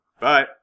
Bye